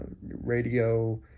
radio